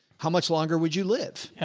how much longer would you live?